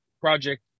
project